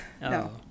No